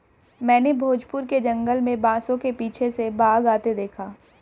मैंने भोजपुर के जंगल में बांसों के पीछे से बाघ आते देखा